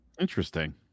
Interesting